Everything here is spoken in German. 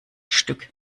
stück